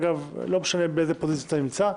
אגב, לא משנה באיזו פוזיציה אתה נמצא.